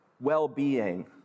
well-being